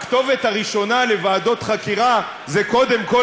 הכתובת הראשונה לוועדות חקירה זה קודם כול